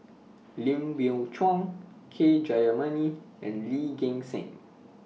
Lim Biow Chuan K Jayamani and Lee Gek Seng